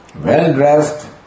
well-dressed